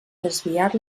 desviar